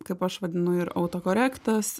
kaip aš vadinu ir autokorektas